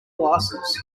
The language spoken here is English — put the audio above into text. glasses